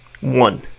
One